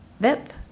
VIP